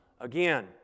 again